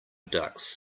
ducks